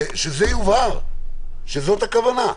שיובהר שזאת הכוונה,